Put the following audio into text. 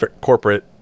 corporate